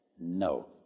No